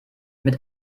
mit